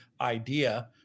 idea